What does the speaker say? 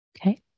Okay